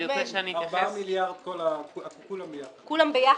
ארבעה מיליארד כולם ביחד.